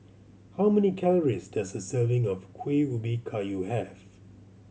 how many calories does a serving of Kuih Ubi Kayu have